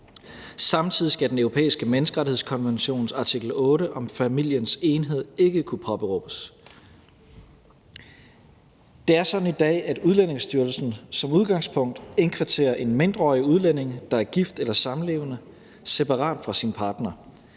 Samtidig skal Den Europæiske Menneskerettighedskonventions artikel 8 om familiens enhed ikke kunne påberåbes. Det er sådan i dag, at Udlændingestyrelsen som udgangspunkt indkvarterer en mindreårig udlænding, der er gift eller samlevende, separat fra partneren,